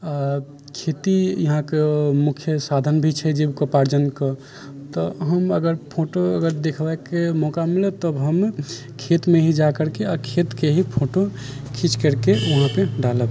आओर खेती यहाँके मुख्य साधन भी छै जीविकोपार्जनके तऽ हम अगर फोटो अगर देखबैके मौका मिलत तऽ हम खेतमे ही जाकरके खेतके ही फोटो खीँचि करिके वहाँपर डालब